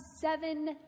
seven